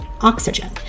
oxygen